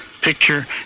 picture